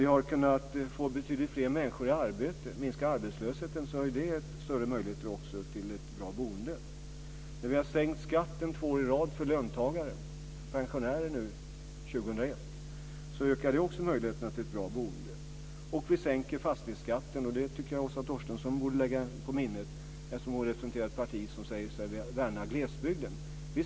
Vi har fått betydligt fler människor i arbete och har minskat arbetslösheten. Det har gett större möjligheter till ett bra boende. Vi har sänkt skatten två år i rad för löntagare och för pensionärerna nu 2001. Det ökar också möjligheterna till ett bra boende. Vi sänker fastighetsskatten för halva småhusbeståndet, framför allt för dem som bor i glesbygden.